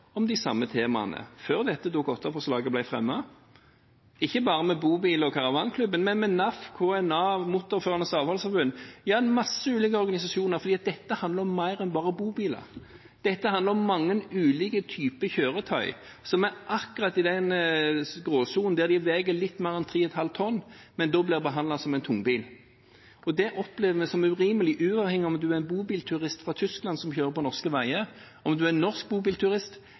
om de samme temaene, før dette Dokument 8-forslaget ble fremmet – ikke bare med bobil- og caravanklubben, men med NAF, KNA, Motorførernes Avholdsforbund, ja, en masse ulike organisasjoner, fordi dette handler om mer enn bare bobiler. Dette handler om mange ulike typer kjøretøy som er akkurat i den gråsonen at de veier litt mer enn 3,5 tonn, men da blir behandlet som en tungbil. Det oppfatter vi som urimelig, uavhengig av om en er en bobilturist fra Tyskland som kjører på norske veier, om en er norsk bobilturist,